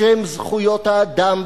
בשם זכויות האדם,